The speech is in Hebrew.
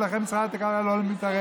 ולכן משרד הכלכלה לא מתערב.